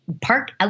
park